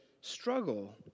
struggle